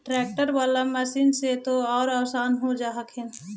ट्रैक्टरबा बाला मसिन्मा से तो औ भी आसन हो जा हखिन?